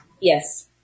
Yes